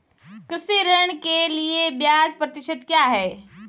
कृषि ऋण के लिए ब्याज प्रतिशत क्या है?